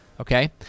Okay